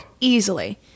easily